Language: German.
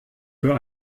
für